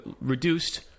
reduced